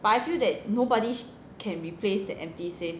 but I feel that nobody can replace the empty space